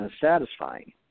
satisfying